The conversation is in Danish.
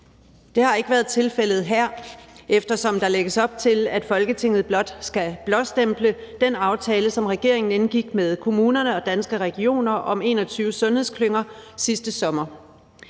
Det har ikke været tilfældet her, eftersom der lægges op til, at Folketinget blot skal blåstemple den aftale, som regeringen indgik med kommunerne og Danske Regioner om 21 sundhedsklynger sidste sommer.